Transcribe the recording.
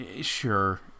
sure